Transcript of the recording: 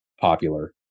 popular